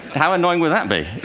how annoying would that be?